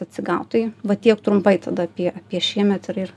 atsigaut tai va tiek trumpai tada apie apie šiemet ir ir